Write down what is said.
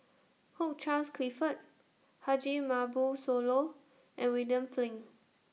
Hugh Charles Clifford Haji Ambo Sooloh and William Flint